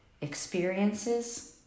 experiences